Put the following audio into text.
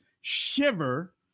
shiver